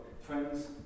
Friends